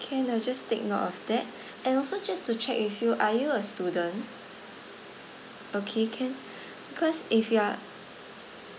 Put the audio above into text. can I'll just take note of that and also just to check with you are you a student okay can cause if you are